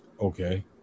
Okay